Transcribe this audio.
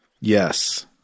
Yes